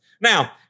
Now